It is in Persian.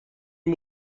این